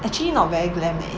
actually not very glamorous leh